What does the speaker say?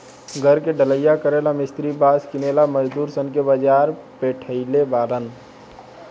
घर के ढलइया करेला ला मिस्त्री बास किनेला मजदूर सन के बाजार पेठइले बारन